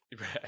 right